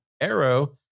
Arrow